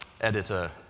editor